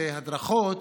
זה הדרכות,